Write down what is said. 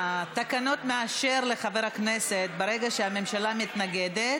התקנון מאשר לחבר הכנסת, ברגע שהממשלה מתנגדת,